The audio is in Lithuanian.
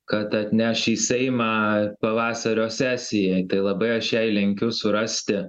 kad atneš į seimą pavasario sesijoj tai labai aš jai linkiu surasti